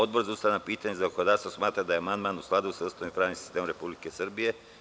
Odbor za ustavna pitanja i zakonodavstvo smatra da je amandman u skladu sa Ustavom i pravnim sistemom Republike Srbije.